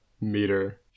meter